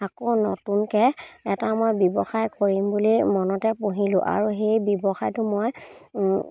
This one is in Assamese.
আকৌ নতুনকৈ এটা মই ব্যৱসায় কৰিম বুলি মনতে পুহিলোঁ আৰু সেই ব্যৱসায়টো মই